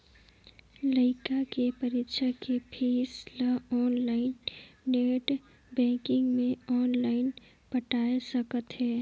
लइका के परीक्षा के पीस ल आनलाइन नेट बेंकिग मे आनलाइन पटाय सकत अहें